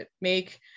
make